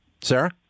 Sarah